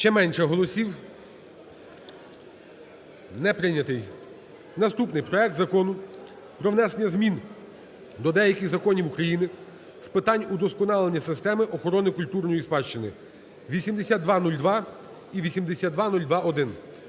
Ще менше голосів. Не прийнятий. Наступний. Проект Закону про внесення змін до деяких законів України з питань удосконалення системи охорони культурної спадщини (8202 і 8202-1).